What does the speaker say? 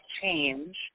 change